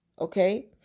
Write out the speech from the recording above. okay